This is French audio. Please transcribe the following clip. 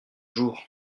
jours